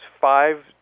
five